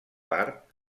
part